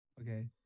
Okay